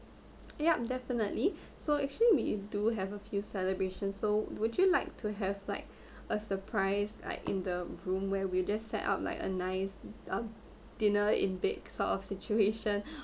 yup definitely so actually we do have a few celebration so would you like to have like a surprise like in the room where we just set up like a nice um dinner in big sort of situation